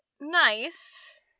nice